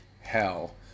hell